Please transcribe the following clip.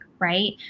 right